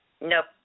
nope